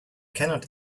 cannot